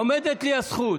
עומדת לי הזכות.